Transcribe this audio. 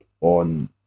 on